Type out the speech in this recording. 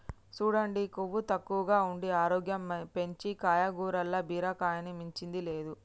సూడండి కొవ్వు తక్కువగా ఉండి ఆరోగ్యం పెంచీ కాయగూరల్ల బీరకాయని మించింది లేదు